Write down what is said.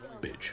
Bitch